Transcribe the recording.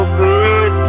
good